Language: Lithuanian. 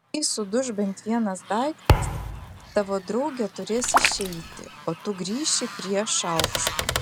jei suduš bent vienas daiktas tavo draugė turės išeiti o tu grįši prie šaukštų